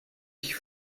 ich